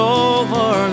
over